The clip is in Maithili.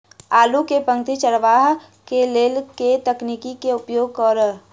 आलु केँ पांति चरावह केँ लेल केँ तकनीक केँ उपयोग करऽ?